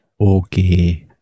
okay